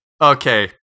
okay